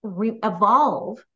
evolve